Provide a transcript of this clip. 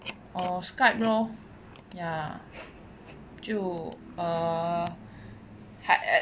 oh skype lor ya 就 err